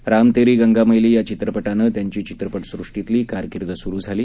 राम तेरी गंगा मैली या चित्रपटानं त्यांची चित्रपटसृष्टीतली कारकीर्द सुरु झाली